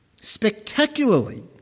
spectacularly